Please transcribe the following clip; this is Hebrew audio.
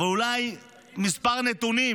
אבל אולי מספר נתונים